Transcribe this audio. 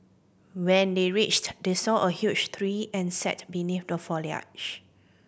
when they reached they saw a huge tree and sat beneath the foliage